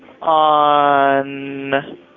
On